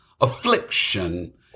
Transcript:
Affliction